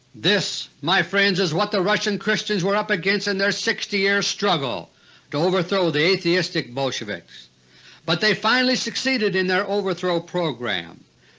this, my friends, is what the russian christians were up against in and their sixty year struggle to overthrow the atheistic bolsheviks but they finally succeeded in their overthrow program,